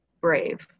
brave